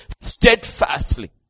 steadfastly